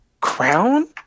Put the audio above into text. crown